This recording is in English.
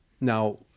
now